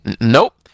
Nope